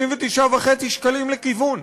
39.5 שקלים לכיוון.